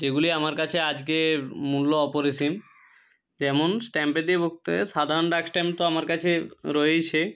যেগুলি আমার কাছে আজকের মূল্য অপরিসীম যেমন স্ট্যাম্পের দিয়ে বলতে হয় সাধারণ ব্যাক স্ট্যাম্প তো আমার কাছে রয়েইছে